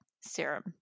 serum